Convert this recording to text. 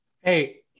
Hey